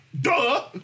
Duh